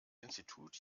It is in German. institut